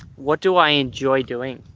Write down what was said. what do i enjoy doing?